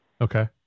Okay